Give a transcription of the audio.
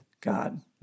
God